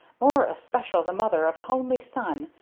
more especial the mother of a honly son,